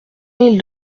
mille